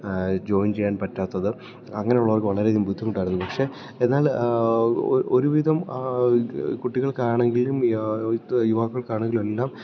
join ചെയ്യാൻ പറ്റാത്തത് അങ്ങനെയുള്ളവർക്കു വളരെയധികം ബുദ്ധിമുട്ടായിരുന്നു പക്ഷെ എന്നാല് ഒരുവിധം കുട്ടികൾക്കാണെങ്കിലും യുവാക്കൾക്കാണെങ്കിലും എല്ലാം